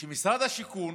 שמשרד השיכון